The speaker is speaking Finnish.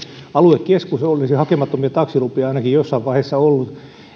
aluekeskus olisi hakemattomia taksilupia ainakin jossain vaiheessa ollut